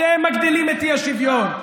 אתם מגדילים את האי-שוויון.